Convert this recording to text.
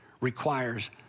requires